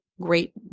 Great